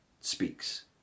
speaks